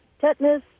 tetanus